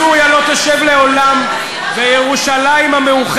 אני לא אתחיל עד אשר חבר הכנסת פריג' יפסיק את נאומו גם ממושבו.